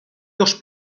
dos